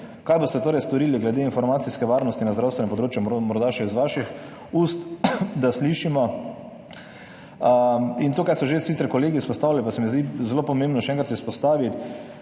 kaj boste torej storili glede informacijske varnosti na zdravstvenem področju? Morda še iz vaših ust, da slišimo in tukaj so že sicer kolegi izpostavili, pa se mi zdi zelo pomembno še enkrat izpostaviti,